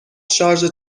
شارژر